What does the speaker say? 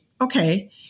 okay